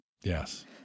Yes